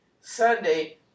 Sunday